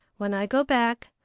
when i go back,